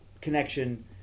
connection